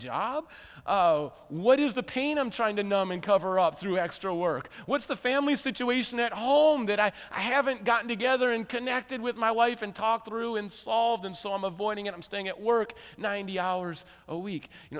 job what is the pain i'm trying to numb in cover up through extra work what's the family situation at home that i i haven't gotten together in connected with my wife and talked through unsolved and so i'm avoiding it i'm staying at work ninety hours a week